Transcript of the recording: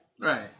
Right